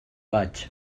vaig